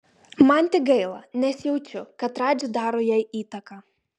man tik gaila nes jaučiu kad radži daro jai įtaką